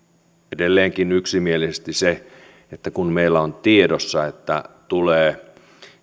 edelleenkin yksimielisesti se että kun meillä on tiedossa että tulee